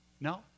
no